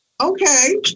okay